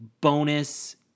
bonus